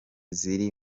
ziri